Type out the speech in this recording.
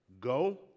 go